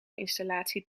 installatie